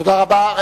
תודה רבה.